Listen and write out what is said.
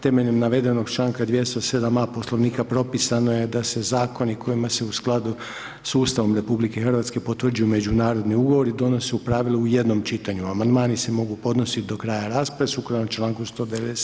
Temeljem navedenog čl. 207.a Poslovnika propisano je da se zakoni kojima se u skladu s Ustavom RH potvrđuju međunarodni ugovori donesu u pravilu u jednom čitanju, amandmani se mogu podnositi do kraja rasprave sukladno čl. 197.